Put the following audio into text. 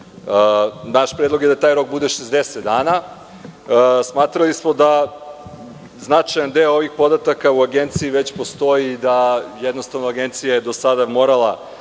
Naš predlog je da taj rok bude 60 dana. Smatrali smo da značajan deo ovih podataka u Agenciji već postoji i da je jednostavno Agencija do sada morala